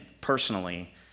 personally